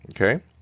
Okay